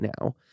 now